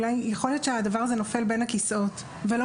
יכול להיות שהדבר הזה נופל בין הכיסאות ולא